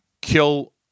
kill